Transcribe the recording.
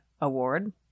Award